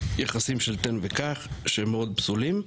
יחסים של תן וקח שהם מאוד פסולים.